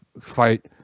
fight